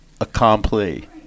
Accompli